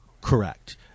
Correct